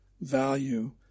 value